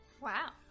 Wow